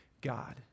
God